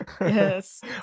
Yes